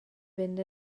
fynd